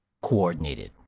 Coordinated